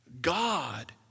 God